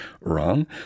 wrong